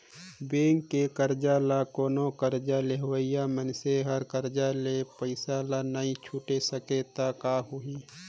bank के करजा ल कोनो करजा लेहइया मइनसे हर करज ले पइसा ल नइ छुटे सकें त का होही